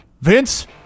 Vince